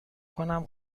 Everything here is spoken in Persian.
کنم